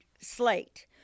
slate